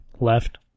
left